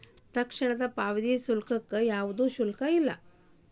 ತಕ್ಷಣದ ಪಾವತಿ ಸೇವೆಗೆ ಯಾವ್ದು ಶುಲ್ಕ ಇಲ್ಲ